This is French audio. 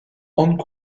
hong